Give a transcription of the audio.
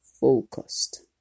focused